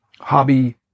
hobby